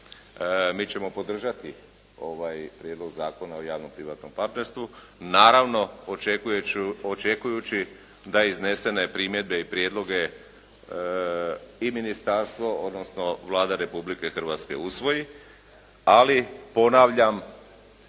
Mi ćemo podržati ovaj Prijedlog zakona o javno-privatnom partnerstvu, naravno očekujući da iznesene primjedbe i prijedloge i ministarstvo, odnosno Vlada Republike Hrvatske usvoji. Ali ponavljam,